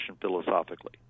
philosophically